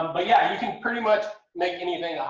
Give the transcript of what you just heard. um but yeah, you can pretty much make anything.